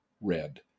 red